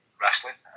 wrestling